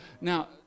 Now